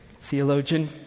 theologian